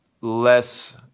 less